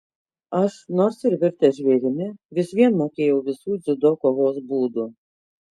aš nors ir virtęs žvėrimi vis vien mokėjau visų dziudo kovos būdų